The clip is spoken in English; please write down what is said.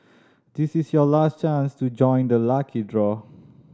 this is your last chance to join the lucky draw